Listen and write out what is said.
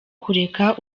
kureka